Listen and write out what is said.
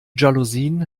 jalousien